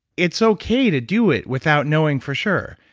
it's okay to do it without knowing for sure.